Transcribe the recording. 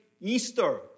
Easter